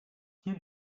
hier